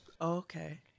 Okay